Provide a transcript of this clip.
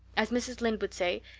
as mrs. lynde would say,